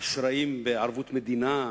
אשראים בערבות מדינה.